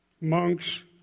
monks